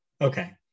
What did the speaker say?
okay